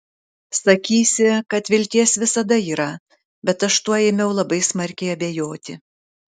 sakysi kad vilties visada yra bet aš tuo ėmiau labai smarkiai abejoti